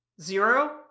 Zero